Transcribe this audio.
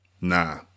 Nah